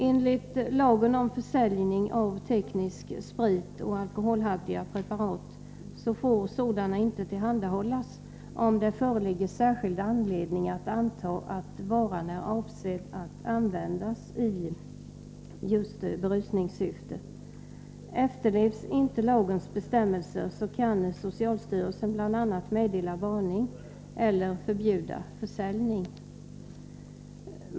Enligt lagen om försäljning av teknisk sprit och alkoholhaltiga preparat får sådana inte tillhandahållas, om det föreligger särskild anledning att anta att varan är avsedd att användas i just berusningssyfte. Efterlevs inte lagens bestämmelser kan socialstyrelsen bl.a. meddela varning eller förbjuda försäljning.